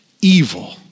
evil